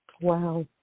Wow